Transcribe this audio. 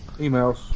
Emails